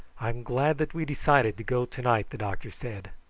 i'm glad that we decided to go to-night, the doctor said.